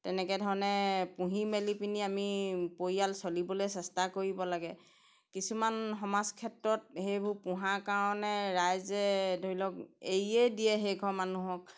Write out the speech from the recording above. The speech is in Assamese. তেনেকৈ ধৰণে পুহি মেলি পিনি আমি পৰিয়াল চলিবলৈ চেষ্টা কৰিব লাগে কিছুমান সমাজ ক্ষেত্ৰত সেইবোৰ পোহাৰ কাৰণে ৰাইজে ধৰি লওক এৰিয়েই দিয়ে সেইঘৰ মানুহক